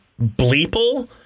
Bleeple